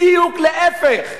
בדיוק להיפך,